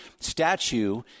statue